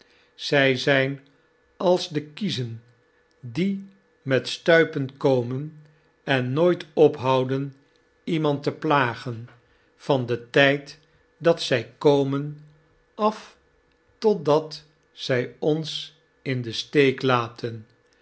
zy zyn als de kiezen die met stuipen komen en nooit ophouden iemand te plagen van den tijd dat zy komen af totdat zij ons in den steek laten